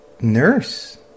Nurse